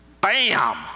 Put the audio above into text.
Bam